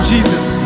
Jesus